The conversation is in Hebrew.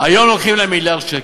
היום לוקחים להן מיליארד שקל.